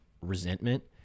resentment